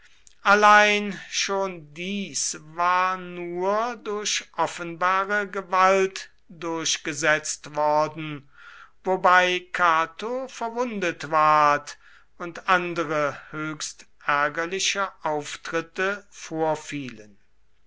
allein schon dies war nur durch offenbare gewalt durchgesetzt worden wobei cato verwundet ward und andere höchst ärgerliche auftritte vorfielen